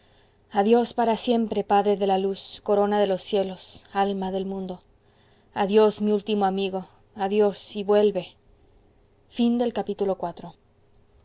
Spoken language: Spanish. adiós para siempre padre de la luz corona de los cielos alma del mundo adiós mi último amigo adiós y vuelve